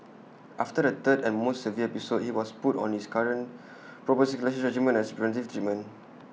after the third and most severe episode he was put on his current prophylaxis regimen as A preventive treatment